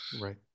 Right